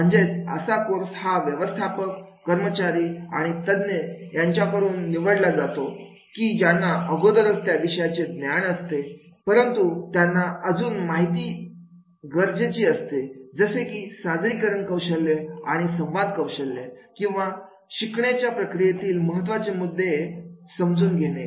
म्हणजेच असा कोर्स हा व्यवस्थापक कर्मचारी आणि तज्ञ यांच्याकडून निवडला जातो की ज्यांना अगोदरच त्या विषयाचे ज्ञान असते आहे परंतु त्यांना अजुन माहिती गरजेचे असते ते जसे की सादरीकरण कौशल्य आणि संवाद कौशल्य किंवा शिकण्याच्या प्रक्रियेतील महत्त्वाचे मुद्दे समजून घेणे